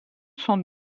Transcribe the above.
sont